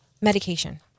medication